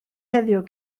heddiw